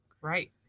right